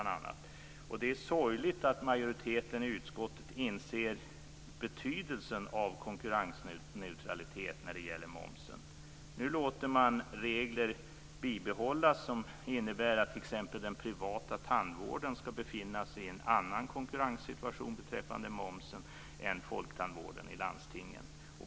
Det är sorgligt att majoriteten i utskottet inte inser betydelsen av konkurrensneutralitet när det gäller momsen. Nu låter man regler bibehållas som innebär att t.ex. den privata tandvården ska befinna sig i en annan konkurrenssituation beträffande momsen än folktandvården i landstingen.